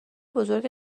بزرگ